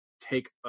take